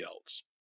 else